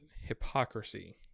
hypocrisy